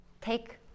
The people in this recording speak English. take